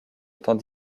étant